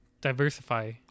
diversify